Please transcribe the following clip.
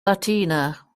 latina